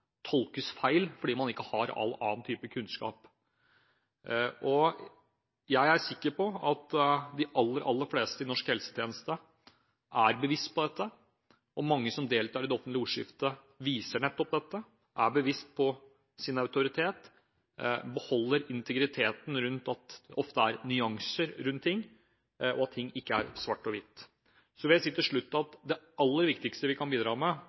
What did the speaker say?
tolkes feil, fordi man ikke har all annen type kunnskap. Jeg er sikker på at de aller, aller fleste i norsk helsetjeneste er bevisst på dette. Mange som deltar i det offentlige ordskiftet, viser nettopp dette, er seg sin autoritet bevisst, beholder integriteten og ser at det ofte er nyanser rundt ting – at ting ikke er svart-hvitt. Til slutt vil jeg si at det aller viktigste vi kan bidra med,